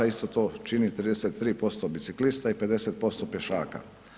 Isto to čini 33% biciklista i 50% pješaka.